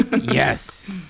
yes